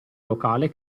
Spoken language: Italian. locale